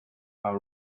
are